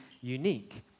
unique